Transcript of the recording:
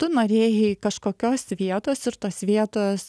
tu norėjai kažkokios vietos ir tos vietos